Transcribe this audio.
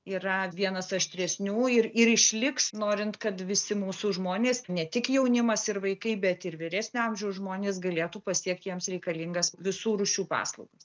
yra vienas aštresnių ir ir išliks norint kad visi mūsų žmonės ne tik jaunimas ir vaikai bet ir vyresnio amžiaus žmonės galėtų pasiekt jiems reikalingas visų rūšių paslaugas